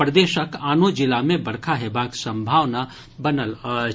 प्रदेशक आनो जिला मे बरखा हेबाक संभावना बनल अछि